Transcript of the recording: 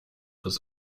was